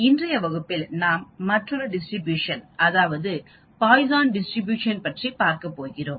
இன்றைய வகுப்பில் நாம் மற்றொரு டிஸ்ட்ரிபியூஷன் அதாவது பாய்சான் டிஸ்ட்ரிபியூஷன் பற்றி பார்க்க போகிறோம்